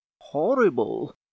horrible